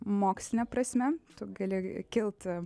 moksline prasme tu gali kilt